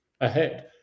ahead